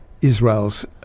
Israel's